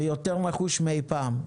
ויותר נחוש מאי פעם.